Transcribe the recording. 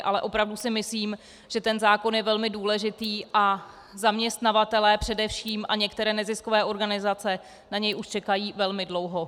Ale opravdu si myslím, že ten zákon je velmi důležitý a především zaměstnavatelé a některé neziskové organizace na něj už čekají velmi dlouho.